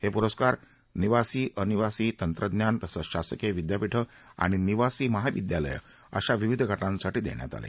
हे पुरस्कार निवासी अनिवासी तंत्रज्ञान तसंच शासकीय विद्यापीठ आणि निवासी महाविद्यालय अशा विविध गटांसाठी देण्यात आले